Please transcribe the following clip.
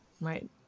Right